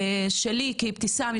שלי כאבתיסאם,